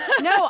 no